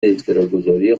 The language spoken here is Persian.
اشتراکگذاری